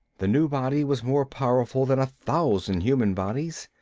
the new body was more powerful than a thousand human bodies.